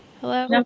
Hello